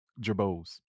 Jabos